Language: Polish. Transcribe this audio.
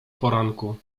poranku